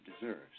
deserves